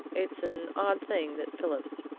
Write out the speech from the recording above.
it's an odd thing that phillips,